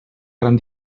gran